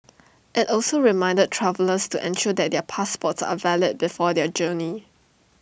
IT also reminded travellers to ensure that their passports are valid before their journey